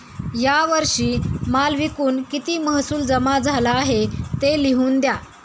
या वर्षी माल विकून किती महसूल जमा झाला आहे, ते लिहून द्या